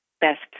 best